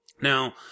now